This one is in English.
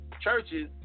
churches